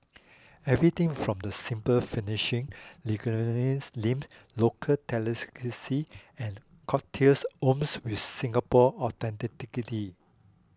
everything from the simple finishing name local delicacies and cocktails oozes with Singapore authenticity